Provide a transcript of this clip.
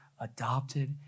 adopted